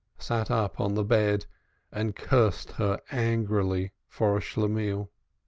sat up on the bed and cursed her angrily for a schlemihl.